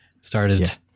started